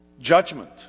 judgment